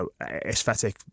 aesthetic